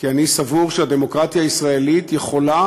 כי אני סבור שהדמוקרטיה הישראלית יכולה,